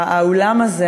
האולם הזה,